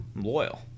loyal